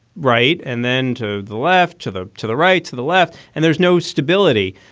right. and then to the left to the to the right, to the left. and there's no stability.